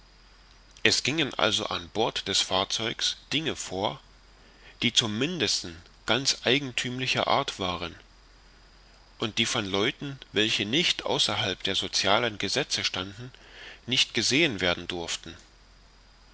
es gingen also an bord des fahrzeugs dinge vor die zum mindesten ganz eigenthümlicher art waren und die von leuten welche nicht außerhalb der socialen gesetze standen nicht gesehen werden durften